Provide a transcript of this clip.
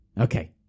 Okay